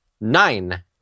Nine